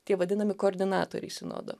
tie vadinami koordinatoriai sinodo